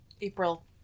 April